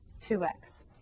2x